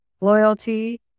loyalty